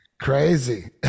Crazy